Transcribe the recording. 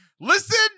Listen